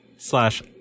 slash